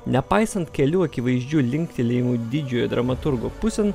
nepaisant kelių akivaizdžių linktelėjimų didžiojo dramaturgo pusėn